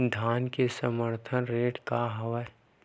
धान के समर्थन रेट का हवाय?